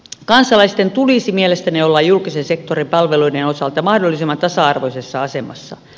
kansalaisten tulisi mielestäni olla julkisen sektorin palveluiden osalta mahdollisimman tasa arvoisessa asemassa